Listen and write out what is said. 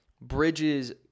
Bridges